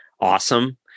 awesome